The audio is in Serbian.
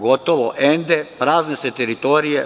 Gotovo, ende, prazne se teritorije.